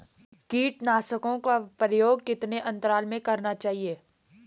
कीटनाशकों का प्रयोग कितने अंतराल में करना चाहिए?